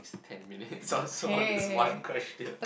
ten minutes so far on this one question